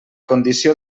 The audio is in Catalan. condició